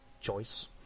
choice